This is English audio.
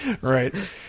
Right